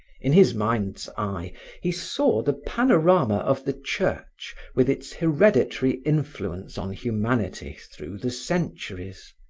in his mind's eye he saw the panorama of the church with its hereditary influence on humanity through the centuries.